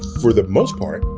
for the most part,